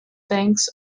banks